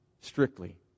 strictly